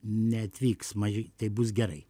neatvyks mažei tai bus gerai